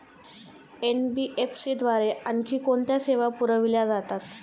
NBFC द्वारे आणखी कोणत्या सेवा पुरविल्या जातात?